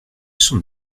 sont